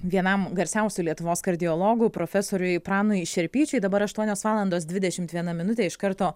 vienam garsiausių lietuvos kardiologų profesoriui pranui šerpyčiui dabar aštuonios valandos dvidešimt viena minutė iš karto